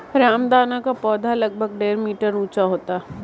रामदाना का पौधा लगभग डेढ़ मीटर ऊंचा होता है